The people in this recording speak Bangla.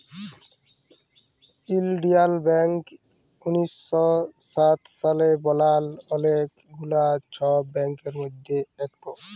ইলডিয়াল ব্যাংক উনিশ শ সাত সালে বালাল অলেক গুলা ছব ব্যাংকের মধ্যে ইকট